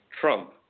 Trump